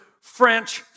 French